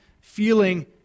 feeling